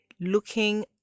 looking